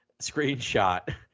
screenshot